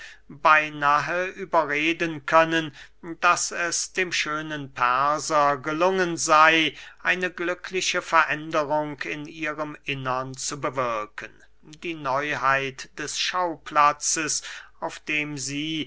beynahe überreden können daß es dem schönen perser gelungen sey eine glückliche veränderung in ihrem innern zu bewirken die neuheit des schauplatzes auf dem sie